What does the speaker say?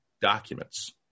documents